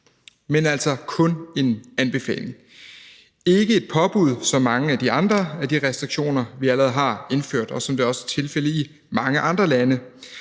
er altså kun en anbefaling. Det er ikke et påbud som mange af de andre restriktioner, vi allerede har indført, og som det også er tilfældet i mange andre lande.